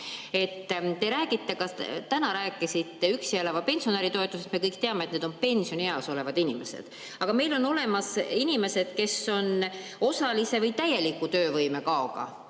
Te räägite ja ka täna rääkisite üksi elava pensionäri toetusest. Me kõik teame, et need on pensionieas olevad inimesed. Aga meil on olemas ka inimesed, kes on osalise või täieliku töövõime kaoga